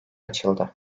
açıldı